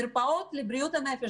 מרפאות לבריאות הנפש,